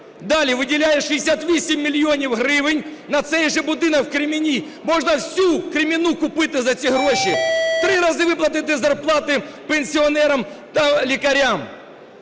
Далі. Виділяє 68 мільйонів гривень на цей же будинок в Кремінній. Можна всю Кремінну купити за ці гроші, три рази виплатити зарплати пенсіонерам та лікарям.